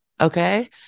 Okay